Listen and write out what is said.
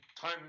time